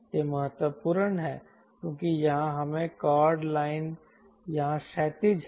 यह महत्वपूर्ण है क्योंकि यहां हमें कॉर्ड लाइन यहां क्षैतिज है